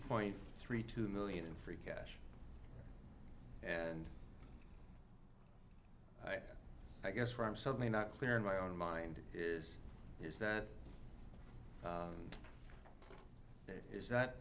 point three two million free cash and i guess what i'm certainly not clear in my own mind is is that it is that